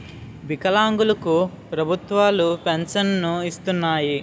వికలాంగులు కు ప్రభుత్వాలు పెన్షన్ను ఇస్తున్నాయి